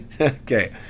Okay